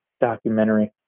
documentary